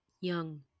Young